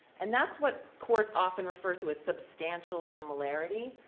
and that's what courts often refer to as substantial similarity.